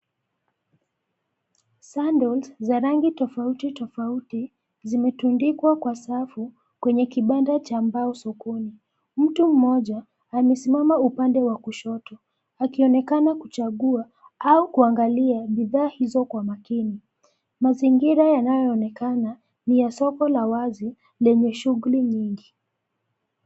Sandals , za rangi tofauti tofauti, zimetundikwa kwa safu, kwenye kibanda cha mbao sokoni. Mtu mmoja, amesimama upande wa kushoto, akionekana kuchagua, au kuangalia bidhaa hizo kwa makini. Mazingira yanayoonekana, ni la soko la wazi, lenye shughuli nyingi.